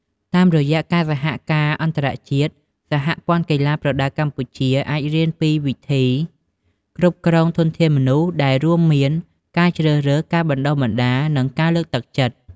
តាមរយៈការសហការអន្តរជាតិ សហព័ន្ធកីឡាប្រដាល់កម្ពុជា អាចរៀនសូត្រពីវិធីសាស្ត្រគ្រប់គ្រងធនធានមនុស្ស ដែលរួមមាន ការជ្រើសរើស ការបណ្តុះបណ្តាល និងការលើកទឹកចិត្ត។